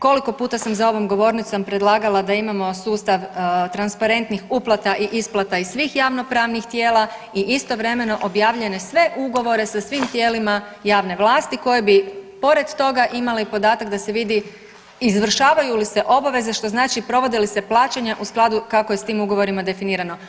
Koliko puta sam za ovom govornicom predlagala da imamo sustav transparentnih uplata i isplata iz svih javnopravnih tijela i istovremeno objavljene sve ugovore sa svim tijelima javne vlasti koji bi pored toga imali podatak da se vidi izvršavaju li se obveze, što znači provode li se plaćanja u skladu kako je s tim ugovorima definirano.